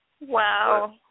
Wow